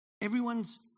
everyone's